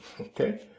okay